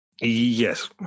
Yes